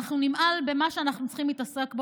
אנחנו נמעל בעיקר שבו אנחנו צריכים להתעסק.